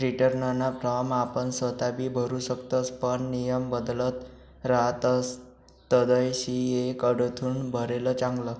रीटर्नना फॉर्म आपण सोताबी भरु शकतस पण नियम बदलत रहातस तधय सी.ए कडथून भरेल चांगलं